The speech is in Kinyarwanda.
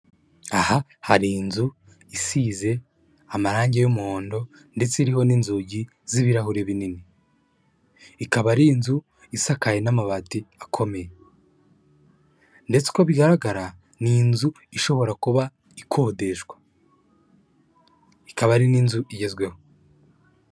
Aha hari inzu isize amarangi y'umuhondo ndetse iriho n'inzugi z'ibirahuri binini; ikaba ari inzu isakaye n'amabati akomeye; ndetse uko bigaragara ni inzu ishobora kuba ikodeshwa; ikaba ari n'inzu igezweho.